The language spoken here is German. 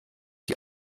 die